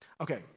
Okay